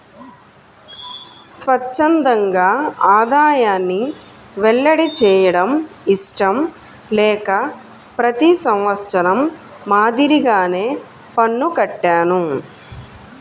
స్వఛ్చందంగా ఆదాయాన్ని వెల్లడి చేయడం ఇష్టం లేక ప్రతి సంవత్సరం మాదిరిగానే పన్ను కట్టాను